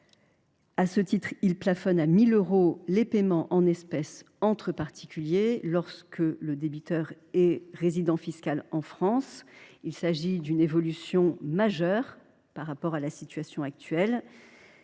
prévoit de plafonner à 1 000 euros les paiements en espèces entre particuliers lorsque le débiteur est résident fiscal en France. Il s’agit d’une évolution majeure par rapport à la situation actuelle.